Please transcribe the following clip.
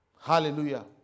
Hallelujah